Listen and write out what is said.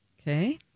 Okay